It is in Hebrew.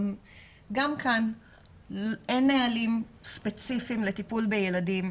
גם כאן אין נהלים ספציפיים לטיפול בילדים,